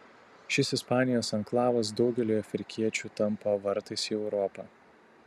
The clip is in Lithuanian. šis ispanijos anklavas daugeliui afrikiečių tampa vartais į europą